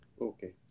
Okay